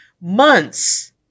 months